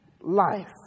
life